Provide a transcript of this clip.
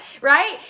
right